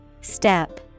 Step